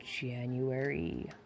January